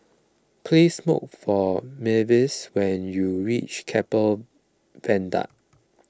please look for Myles when you reach Keppel Viaduct